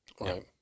Right